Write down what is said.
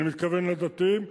אני מתכוון לדתיים,